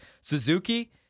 Suzuki